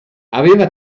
aveva